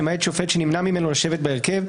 למעט שופט שנמנע ממנו לשבת בהרכב,